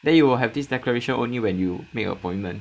then you will have this declaration only when you make appointment